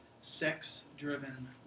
sex-driven